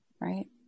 right